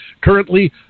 currently